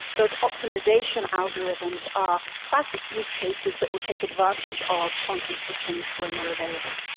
those optimisation algorithms are classic use cases that will take advantage of quantum systems when they are available.